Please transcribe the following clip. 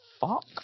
fuck